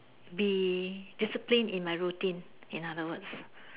be disciplined in my routine in other words